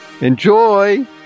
Enjoy